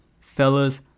Fella's